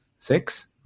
Six